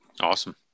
Awesome